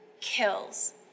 kills